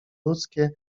ludzkie